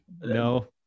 No